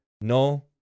no